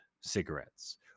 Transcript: cigarettes